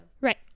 right